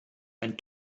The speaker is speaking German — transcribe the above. ein